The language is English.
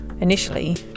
initially